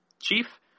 chief